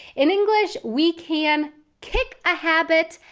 in english we can kick a habit,